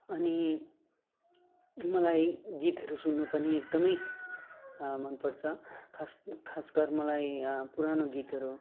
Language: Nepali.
अनि मलाई गीतहरू सुन्नु पनि एकदमै मन पर्छ खास खास गरी मलाई पुरानो गीतहरू